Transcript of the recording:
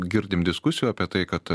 girdim diskusijų apie tai kad